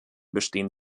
bestehen